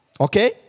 Okay